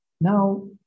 Now